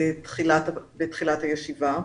בתחילת הישיבה.